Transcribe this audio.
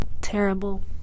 terrible